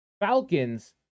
Falcons